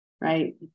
right